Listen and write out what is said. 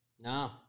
No